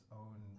own